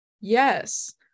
Yes